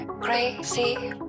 crazy